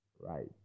right